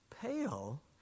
pale